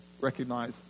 Recognize